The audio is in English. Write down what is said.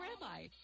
rabbi